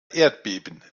erdbeben